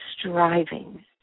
striving